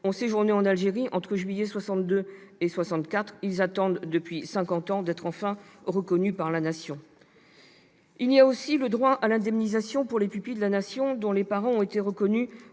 ayant séjourné en Algérie entre juillet 1962 et 1964, attendent depuis cinquante ans d'être enfin reconnus par la Nation. Je citerai également le droit à l'indemnisation pour les pupilles de la Nation dont les parents ont été reconnus